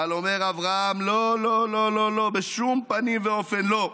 אבל אומר אברהם: לא, לא, לא, בשום פנים ואופן לא.